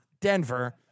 Denver